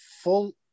full